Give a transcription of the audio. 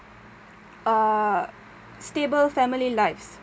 uh stable family lives